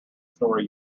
story